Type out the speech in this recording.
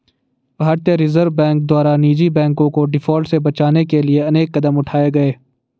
भारतीय Reserve Bank द्वारा निजी बैंकों को डिफॉल्ट से बचाने के लिए अनेक कदम उठाए गए